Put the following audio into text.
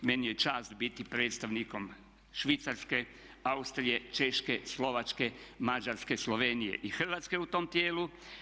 Meni je čast biti predstavnikom Švicarske, Austrije, Češke, Slovačke, Mađarske, Slovenije i Hrvatske u tom tijelu.